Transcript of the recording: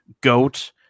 goat